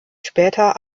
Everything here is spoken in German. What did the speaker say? später